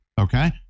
okay